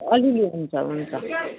अलिअलि हुन्छ हुन्छ